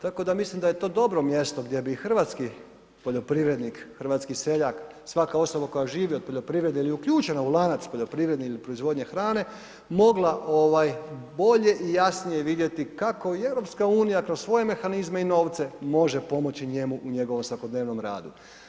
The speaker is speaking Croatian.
Tako da mislim da je to dobro mjesto gdje bi hrvatski poljoprivrednik, hrvatski seljak, svaka osoba koja živi od poljoprivrede ili je uključena u lanac poljoprivrede ili proizvodnje hrane, mogla bolje i jasnije vidjeti kako i EU kroz svoje mehanizme i novce može pomoći njemu u njegovom svakodnevnom radu.